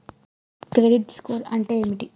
Credit score అంటే ఏమిటి?